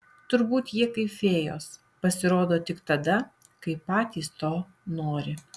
turbūt jie kaip fėjos pasirodo tik tada kai patys to nori